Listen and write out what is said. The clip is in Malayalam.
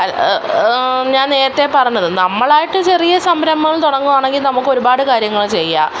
ഞാൻ നേരത്തെ പറഞ്ഞത് നമ്മളായിട്ട് ചെറിയ സംരംഭം തുടങ്ങുകയാണെങ്കിൽ നമുക്കൊരുപാട് കാര്യങ്ങൾ ചെയ്യാം